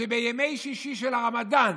שבימי שישי של הרמדאן